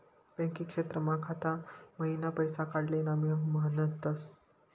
banking क्षेत्रमा खाता मईन पैसा काडाले नामे म्हनतस